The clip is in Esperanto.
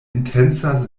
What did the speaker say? intencas